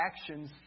actions